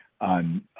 on